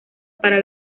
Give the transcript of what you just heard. para